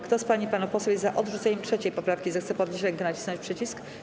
Kto z pań i panów posłów jest za odrzuceniem 3. poprawki, zechce podnieść rękę i nacisnąć przycisk.